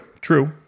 true